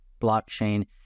blockchain